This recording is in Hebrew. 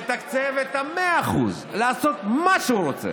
לתקצב 100%, לעשות מה שהוא רוצה.